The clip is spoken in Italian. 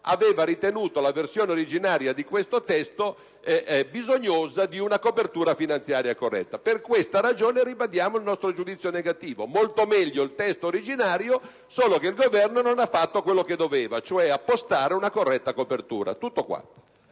aveva ritenuto la versione originaria di questo testo bisognosa di una copertura finanziaria corretta. Per questa ragione ribadiamo il nostro giudizio negativo. Era molto meglio il testo originario, ma il Governo non ha fatto quello che doveva, cioè appostare una corretta copertura. *(Applausi